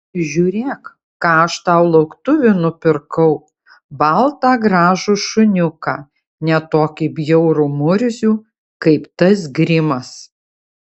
žiūrėk ką aš tau lauktuvių nupirkau baltą gražų šuniuką ne tokį bjaurų murzių kaip tas grimas